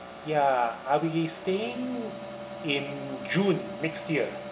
ya I'll be staying in june next year